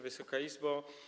Wysoka Izbo!